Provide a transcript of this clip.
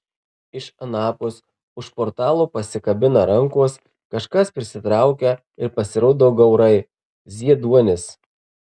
iš anapus už portalo pasikabina rankos kažkas prisitraukia ir pasirodo gaurai zieduonis